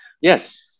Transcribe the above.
Yes